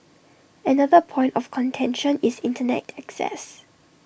another point of contention is Internet access